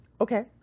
Okay